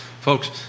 Folks